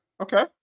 Okay